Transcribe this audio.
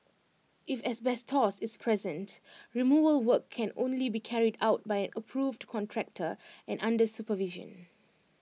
if asbestos is present removal work can only be carried out by an approved contractor and under supervision